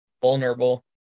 vulnerable